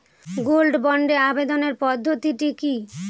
Gold বন্ডে আবেদনের পদ্ধতিটি কি?